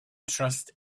trust